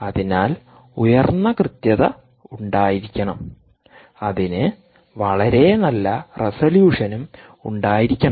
അതിനാൽ ഉയർന്ന കൃത്യത ഉണ്ടായിരിക്കണം അതിന് വളരെ നല്ല റെസല്യൂഷനും ഉണ്ടായിരിക്കണം